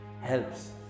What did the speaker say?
Helps